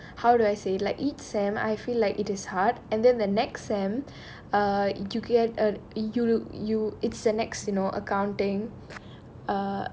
um how do I say like each semester I feel like it is hard and then the next semester ah you get a you you you it's an ex you know accounting err